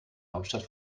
hauptstadt